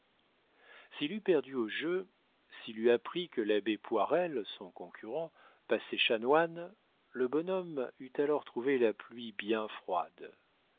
s'il eût perdu au jeu s'il eût appris que l'abbé poirel son concurrent passait chanoine le bonhomme eût alors trouvé la pluie bien froide